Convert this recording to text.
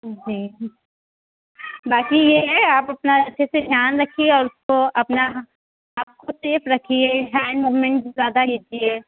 جی باقی یہ ہے آپ اپنا اچھے سے دھیان رکھیے اور اس کو اپنا آپ خود کو سیف رکھیے ہینڈ موومینٹ زیادہ لیجیے